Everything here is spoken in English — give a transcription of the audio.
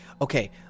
Okay